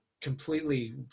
completely